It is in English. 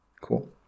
cool